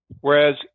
Whereas